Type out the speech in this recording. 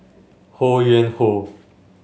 Ho Yuen Hoe